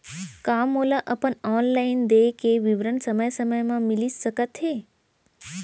का मोला अपन ऑनलाइन देय के विवरण समय समय म मिलिस सकत हे?